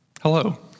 Hello